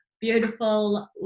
beautiful